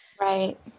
Right